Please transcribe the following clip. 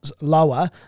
lower